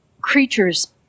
creatures